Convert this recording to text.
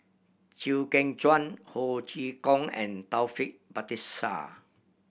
Chew Kheng Chuan Ho Chee Kong and Taufik Batisah